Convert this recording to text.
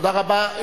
תודה רבה.